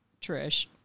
Trish